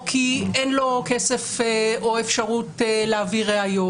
או כי אין לו כסף או אפשרות להביא ראיות,